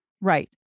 Right